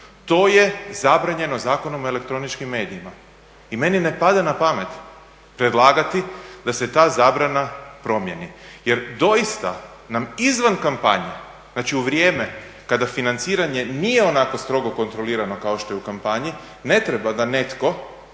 To je zabranjeno Zakonom o elektroničkim medijima. I meni ne pada na pamet predlagati da se ta zabrana promjeni. Jer doista nam izvan kampanje, znači u vrijeme kada financiranje nije onako strogo kontrolirano kao što je u kampanji, ne treba da netko